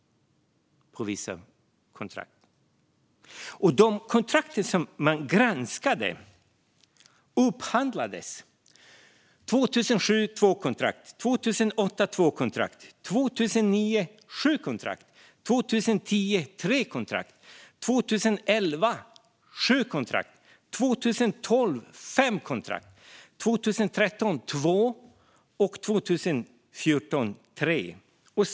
Av de kontrakt som man granskade upphandlades två kontrakt 2007, två kontrakt 2008, sju kontrakt 2009, tre kontrakt 2010, sju kontrakt 2011, fem kontrakt 2012, två kontrakt 2013 och tre kontrakt 2014.